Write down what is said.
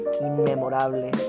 inmemorable